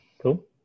Cool